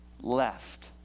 left